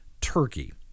Turkey